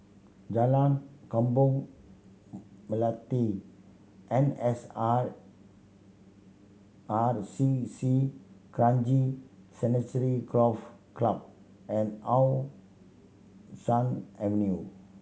Jalan Kembang Melati N S R R C C Kranji Sanctuary Golf Club and How Sun Avenue